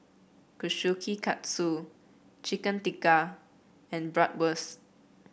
Kushikatsu Chicken Tikka and Bratwurst